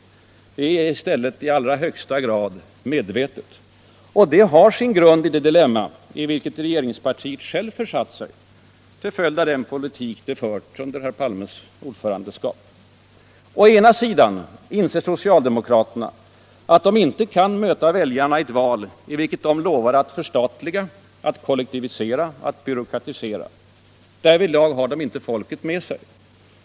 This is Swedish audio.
Det är i stället i allra högsta grad medvetet. Och det har sin grund i det dilemma i vilket regeringspartiet själv försatt sig till följd av den politik partiet fört under herr Palmes ordförandeskap. Å ena sidan inser socialdemokraterna att de inte kan möta väljarna i ett val i vilket de lovar att förstatliga, att kollektivisera, att byråkratisera. Därvidlag har de inte folket med sig.